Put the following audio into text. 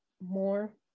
more